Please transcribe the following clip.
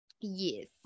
Yes